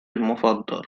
المفضل